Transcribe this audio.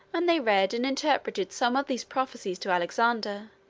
and they read and interpreted some of these prophecies to alexander,